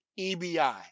EBI